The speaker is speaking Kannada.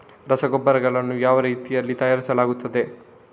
ರಸಗೊಬ್ಬರಗಳನ್ನು ಯಾವ ರೀತಿಯಲ್ಲಿ ತಯಾರಿಸಲಾಗುತ್ತದೆ?